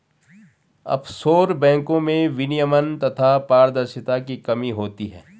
offshore बैंको में विनियमन तथा पारदर्शिता की कमी होती है